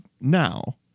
now